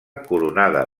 coronada